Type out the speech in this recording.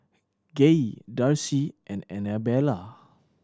Gaye Darci and Anabella